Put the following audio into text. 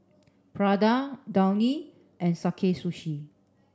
Prada Downy and Sakae Sushi